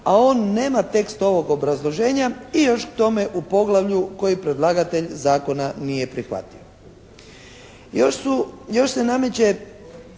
a on nema tekst ovog obrazloženja i još k tome u poglavlju koji predlagatelj zakona nije prihvatio.